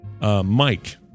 Mike